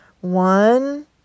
One